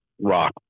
rock